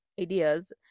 ideas